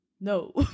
no